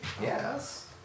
Yes